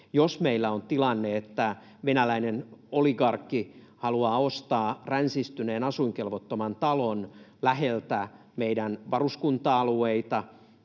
jos meillä on tilanne, että venäläinen oligarkki haluaa ostaa ränsistyneen, asuinkelvottoman talon läheltä meidän varuskunta-alueita